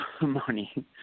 money